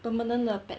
permanent 的 pet